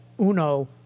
Uno